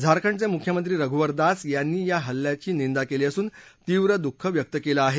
झारखंडचे मुख्यमंत्री रघुबर दास यांनी या हल्ल्याची निंदा केली असून तीव्र दुःख व्यक्त केलं आहे